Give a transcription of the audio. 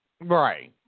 Right